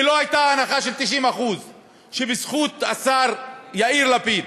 כי לא הייתה הנחה של 90% שבזכות השר יאיר לפיד,